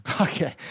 okay